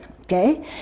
okay